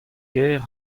gêr